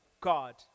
God